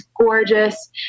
gorgeous